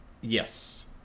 Yes